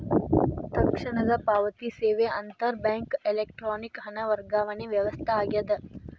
ತಕ್ಷಣದ ಪಾವತಿ ಸೇವೆ ಅಂತರ್ ಬ್ಯಾಂಕ್ ಎಲೆಕ್ಟ್ರಾನಿಕ್ ಹಣ ವರ್ಗಾವಣೆ ವ್ಯವಸ್ಥೆ ಆಗ್ಯದ